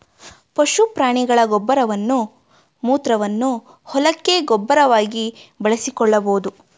ಪಶು ಪ್ರಾಣಿಗಳ ಗೊಬ್ಬರವನ್ನು ಮೂತ್ರವನ್ನು ಹೊಲಕ್ಕೆ ಗೊಬ್ಬರವಾಗಿ ಬಳಸಿಕೊಳ್ಳಬೋದು